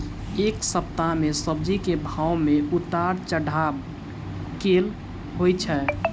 एक सप्ताह मे सब्जी केँ भाव मे उतार चढ़ाब केल होइ छै?